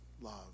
love